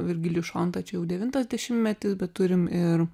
virgilijus šonta čia jau devintas dešimtmetis bet turim ir